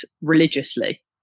religiously